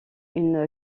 une